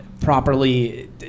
properly